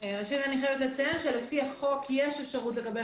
אני חייבת לציין שלפי החוק יש אפשרות לקבל